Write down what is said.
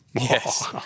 Yes